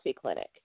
clinic